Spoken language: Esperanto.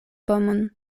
pomon